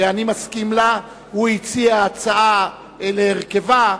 אני קובע שהצעת חוק סימון